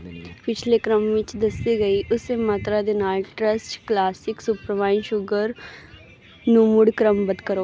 ਪਿਛਲੇ ਕ੍ਰਮ ਵਿੱਚ ਦੱਸੀ ਗਈ ਉਸੇ ਮਾਤਰਾ ਦੇ ਨਾਲ ਟ੍ਰਸਟ ਕਲਾਸਿਕ ਸੁਪਰਫਾਈਨ ਸ਼ੂਗਰ ਨੂੰ ਮੁੜ ਕ੍ਰਮਬੱਧ ਕਰੋ